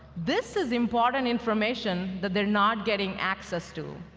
this is important information that they're not getting access to.